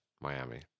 Miami